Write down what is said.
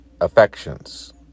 affections